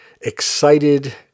excited